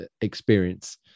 experience